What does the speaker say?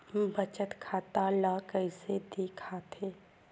बचत खाता ला कइसे दिखथे?